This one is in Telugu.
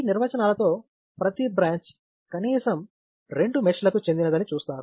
ఈ నిర్వచనాలతో ప్రతి బ్రాంచ్ కనీసం రెండు మెష్లకు చెందినదని చూస్తారు